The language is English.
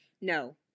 No